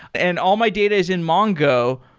and all my data is in mongo.